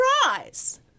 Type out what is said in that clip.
surprise